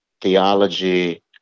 theology